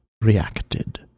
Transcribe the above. reacted